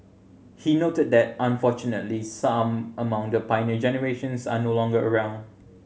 he noted that unfortunately some among the Pioneer Generation are no longer around